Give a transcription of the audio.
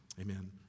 Amen